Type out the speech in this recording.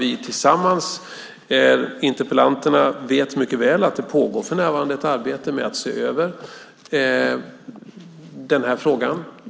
Interpellanterna vet mycket väl att ett arbete för närvarande pågår med att se över frågan.